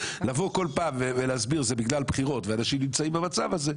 לבוא כל פעם ולהסביר זה בגלל בחירות ואנשים נמצאים במצב הזה,